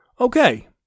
okay